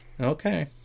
Okay